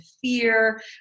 fear